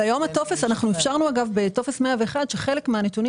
אנחנו אפשרנו בטופס 101 שחלק מהנתונים